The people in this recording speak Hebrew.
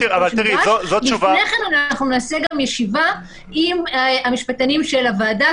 --- לפני כן אנחנו נעשה גם ישיבה עם המשפטנים של הוועדה,